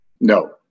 No